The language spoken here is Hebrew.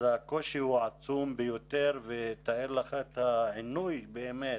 אז הקושי הוא עצום ביותר ותאר לך את העינוי באמת